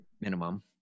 minimum